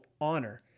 honor